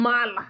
Mala